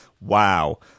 Wow